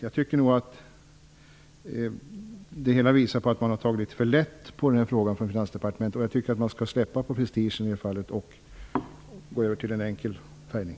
Jag tycker att Finansdepartementet har tagit litet för lätt på frågan. Man borde släppa prestigen och gå över till en enkel färgning.